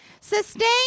Sustain